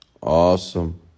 Awesome